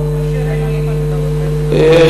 החוק בישראל מאפשר עינויים.